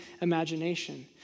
imagination